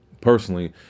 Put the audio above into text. personally